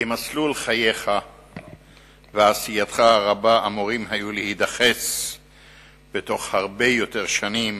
כי מסלול חייך ועשייתך הרבה אמורים היו להידחס בתוך הרבה יותר שנים,